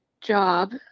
job